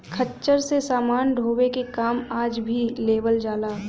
खच्चर से समान ढोवे के काम आज भी लेवल जाला